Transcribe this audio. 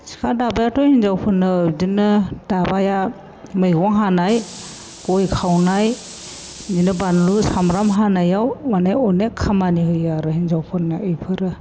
सिखा दाबायाथ' हिनजावफोरनो बिदिनो दाबाया मैगं हानाय गय खावनाय बिदिनो बानलु सामब्राम हानायाव माने अनेख खामानि होयो आरो हिनजावफोरनो बेफोरो